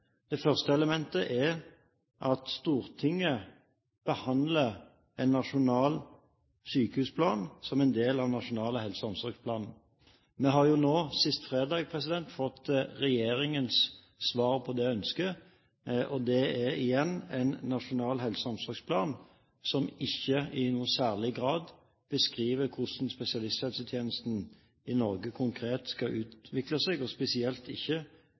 Det første elementet er at Stortinget behandler en nasjonal sykehusplan som en del av den nasjonale helse- og omsorgsplanen. Vi har jo nå, sist fredag, fått regjeringens svar på det ønsket, og det er igjen en nasjonal helse- og omsorgsplan som ikke i noen særlig grad beskriver hvordan spesialisthelsetjenesten i Norge konkret skal utvikle seg, og spesielt ikke